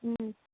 ம்